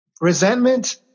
resentment